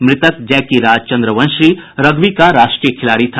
मृतक Jackie Raj Chandravanshi rugby का राष्ट्रीय खिलाड़ी था